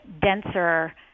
denser